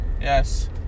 Yes